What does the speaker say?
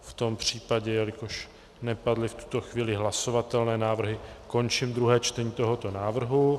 V tom případě, jelikož nepadly v tuto chvíli hlasovatelné návrhy, končím druhé čtení tohoto návrhu.